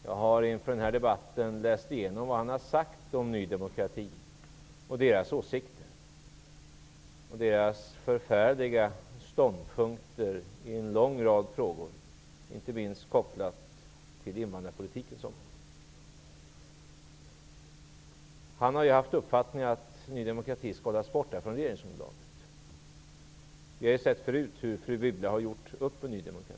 Jag har inför den här debatten läst igenom vad han har sagt om Ny demokrati och partiets åsikter, om dess förfärliga ståndpunkter i en lång rad frågor, inte minst kopplat till invandrarpolitikens område. Han har haft uppfattningen att Ny demokrati skall hållas borta från regeringsunderlaget. Vi har sett förut hur fru Wibble har gjort upp med Ny demokrati.